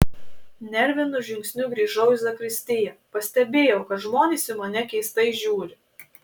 nervinu žingsniu grįžau į zakristiją pastebėjau kad žmonės į mane keistai žiūri